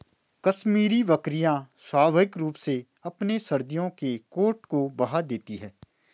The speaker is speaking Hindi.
कश्मीरी बकरियां स्वाभाविक रूप से अपने सर्दियों के कोट को बहा देती है